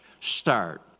start